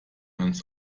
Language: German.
uns